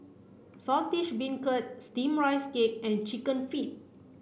Saltish Beancurd steamed rice cake and chicken feet